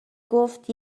گفت